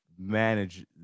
manage